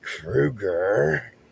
Krueger